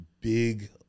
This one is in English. big